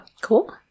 Cool